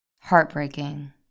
Heartbreaking